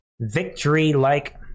victory-like